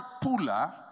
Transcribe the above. puller